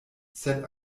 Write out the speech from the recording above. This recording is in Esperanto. sed